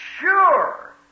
sure